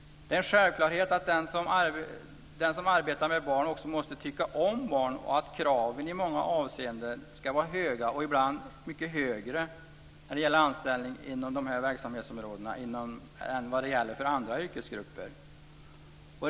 Det är en självklarhet att den som arbetar med barn också måste tycka om barn och att kraven för anställning i många avseenden ska vara höga, ibland mycket högre än vad som gäller för andra yrkesgrupper.